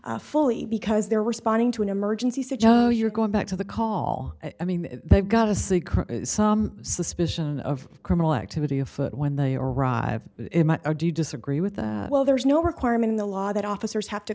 that fully because they're responding to an emergency said joe you're going back to the call i mean they've got a secret suspicion of criminal activity afoot when they arrive or do you disagree with the well there's no requirement in the law that officers